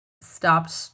stopped